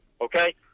Okay